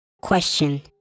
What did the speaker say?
Question